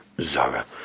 zara